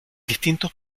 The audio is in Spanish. distintos